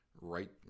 right